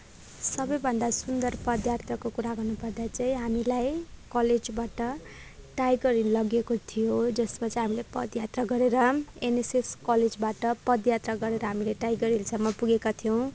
सबैभन्दा सुन्दर पद यात्राको कुरा गर्नु पर्दा चाहिँ हामीलाई कलेजबट टाइगर हिल लगेको थियो जसमा चाहिँ हामीले पद यात्रा गरेर एनएसएस कलेजबाट पद यात्रा गरेर हामीले टाइगर हिलसम्म पुगेका थियौँ